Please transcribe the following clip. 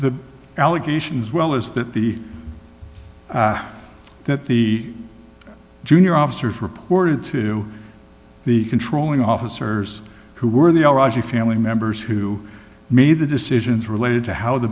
the allegations well is that the that the junior officers reported to the controlling officers who were in the family members who made the decisions related to how the